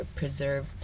preserve